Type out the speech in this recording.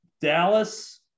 Dallas